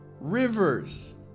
rivers